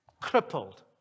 crippled